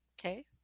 okay